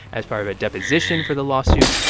as part of a deposition for the lawsuits.